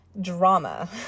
drama